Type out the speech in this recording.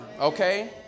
Okay